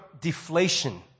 deflation